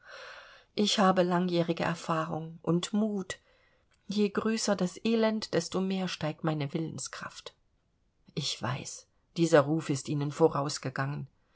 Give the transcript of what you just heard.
ich habe langjährige erfahrung und mut je größer das elend desto mehr steigt meine willenskraft ich weiß dieser ruf ist ihnen vorausgegangen